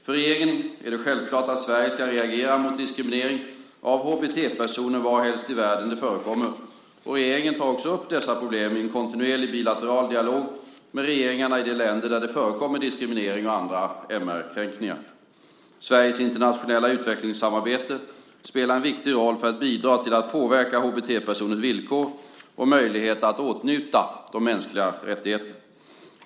För regeringen är det självklart att Sverige ska reagera mot diskriminering av HBT-personer varhelst i världen den förekommer, och regeringen tar också upp dessa problem i en kontinuerlig bilateral dialog med regeringarna i de länder där det förekommer diskriminering och andra MR-kränkningar. Sveriges internationella utvecklingssamarbete spelar en viktig roll för att bidra till att påverka HBT-personers villkor och möjligheter att åtnjuta de mänskliga rättigheterna.